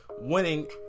winning